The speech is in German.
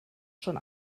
schon